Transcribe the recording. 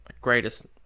greatest